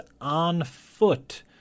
on-foot